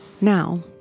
Now